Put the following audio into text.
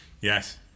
Yes